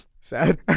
Sad